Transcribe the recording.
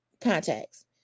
contacts